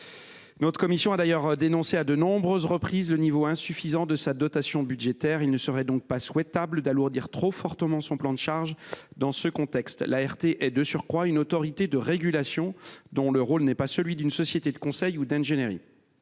Notre commission a d’ailleurs dénoncé à de nombreuses reprises le niveau insuffisant de sa dotation budgétaire. Il ne serait donc pas souhaitable d’alourdir trop fortement son plan de charge dans ce contexte. De surcroît, l’ART est une autorité de régulation ; son rôle n’est pas celui d’une société de conseil ou d’ingénierie.